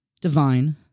divine